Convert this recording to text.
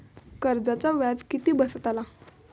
कर्जाचा व्याज किती बसतला?